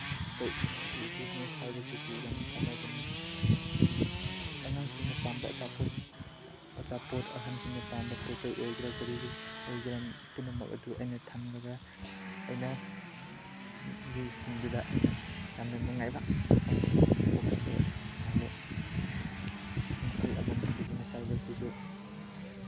business ꯍꯥꯏꯕꯁꯤꯁꯨ ꯌꯥꯝꯅ ꯀꯥꯟꯅꯕꯅꯤ ꯑꯉꯥꯡꯁꯤꯡꯅ ꯄꯥꯝꯕ ꯑꯆꯥꯄꯣꯠ ꯑꯆꯥꯄꯣꯠ ꯑꯍꯟꯁꯤꯡꯅ ꯄꯥꯝꯕ ꯄꯣꯠ ꯆꯩ ꯑꯣꯏꯒꯦꯔꯥ ꯀꯔꯤ ꯑꯣꯏꯒꯦꯔꯥ ꯄꯨꯝꯅꯃꯛ ꯑꯗꯨ ꯑꯩꯅ ꯊꯝꯂꯒ ꯑꯩꯅ ꯃꯤꯁꯤꯡꯗꯨꯗ ꯑꯩꯅ ꯌꯥꯝꯅ ꯅꯨꯡꯉꯥꯏꯕ ꯑꯃꯁꯨꯡ ꯄꯣꯛꯍꯟꯕ ꯌꯥꯕ ꯃꯈꯜ ꯑꯃꯅꯤ ꯕꯤꯖꯤꯅꯦꯁ ꯍꯥꯏꯕꯁꯤꯁꯨ